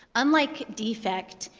unlike defect,